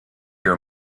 your